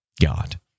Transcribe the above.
God